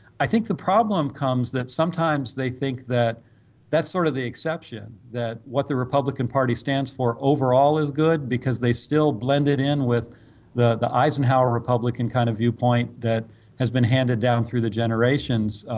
i think the problem comes that sometimes they think that that sort of the exception that what the republican party stands for overall is good because they still blended in with that the eisenhower republican kind of viewpoint that has been handed down through the generations